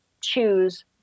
choose